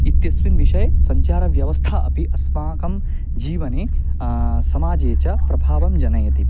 इत्यस्मिन् विषये सञ्चारव्यावस्था अपि अस्माकं जीवने समाजे च प्रभावं जनयति